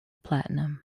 platinum